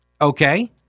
Okay